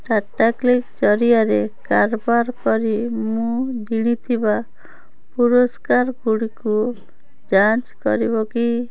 ଟାଟାକ୍ଲିକ୍ ଜରିଆରେ କାରବାର କରି ମୁଁ ଜିଣିଥିବା ପୁରସ୍କାର ଗୁଡ଼ିକୁ ଯାଞ୍ଚ କରିବ କି